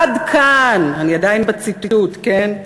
עד כאן", אני עדיין בציטוט, כן,